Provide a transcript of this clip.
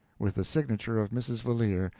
with the signature of mrs. valeer,